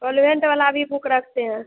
eleventh वाला भी book रखते हैं